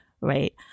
right